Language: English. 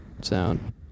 sound